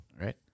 Right